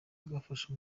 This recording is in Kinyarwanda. bwafashe